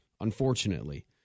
unfortunately